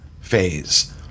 phase